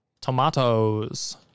tomatoes